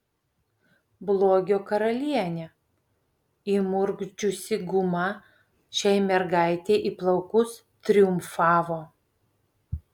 blogio karalienė įmurkdžiusi gumą šiai mergaitei į plaukus triumfavo